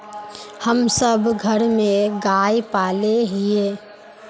हम सब घर में गाय पाले हिये?